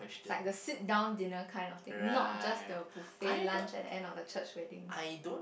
is like the sit down dinner kind of thing not just the buffet lunch at the end of a church wedding